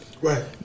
Right